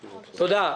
תודה.